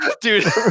dude